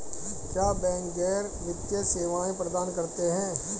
क्या बैंक गैर वित्तीय सेवाएं प्रदान करते हैं?